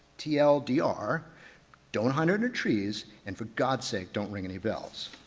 tldr don't hunt under trees and for god's sake don't ring any bells.